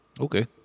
okay